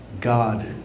God